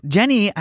Jenny